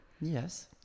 Yes